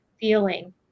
feeling